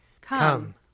Come